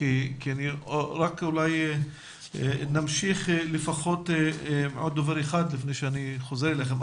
רק אולי נמשיך לפחות עם עוד דובר אחד לפני שאני חוזר אליכם.